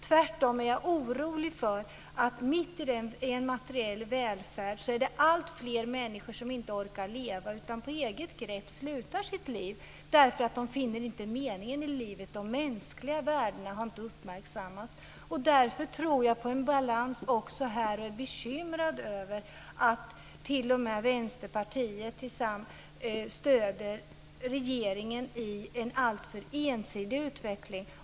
Tvärtom är jag orolig för att det mitt i den materiella välfärden blir alltfler människor som inte orkar leva utan som på eget grepp slutar sitt liv därför att de inte finner meningen i livet - de mänskliga värdena har inte uppmärksammats. Därför tror jag på en balans också här. Jag är bekymrad över att t.o.m. Vänsterpartiet stöder regeringen i en alltför ensidig utveckling.